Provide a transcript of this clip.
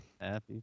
Happy